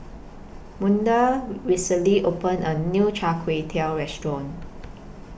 Maude recently opened A New Char Kway Teow Restaurant